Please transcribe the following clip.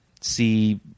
see